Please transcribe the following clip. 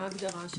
מה ההגדרה של זה?